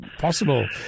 possible